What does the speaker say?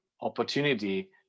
opportunity